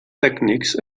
tècnics